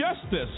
justice